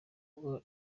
ngo